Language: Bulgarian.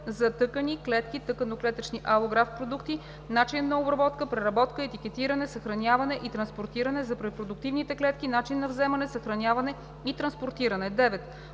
за тъкани/клетки/тъканно-клетъчни алографт продукти – начин на обработка, преработка, етикетиране, съхраняване и транспортиране; за репродуктивните клетки – начин на вземане, съхраняване и транспортиране; 9.